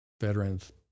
veterans